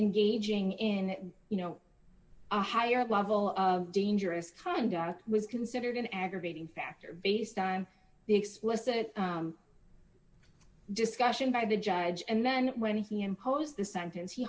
engaging in you know a higher level of dangerous conduct was considered an aggravating factor based on the explicit discussion by the judge and then when he imposed the sentence he